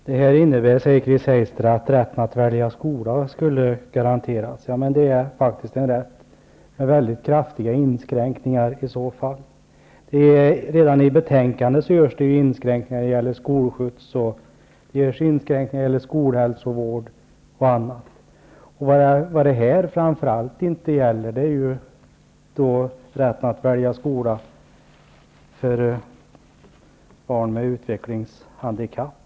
Herr talman! Detta innebär, säger Chris Heister, att rätten att välja skola skall garanteras. Det är faktiskt en rätt med väldigt kraftiga inskränkningar i så fall. Redan i betänkandet görs inskränkningar när det gäller skolskjuts, skolhälsovård och annat. Och detta gäller framför allt inte rätten att välja skola för barn med utvecklingshandikapp.